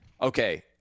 Okay